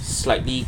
slightly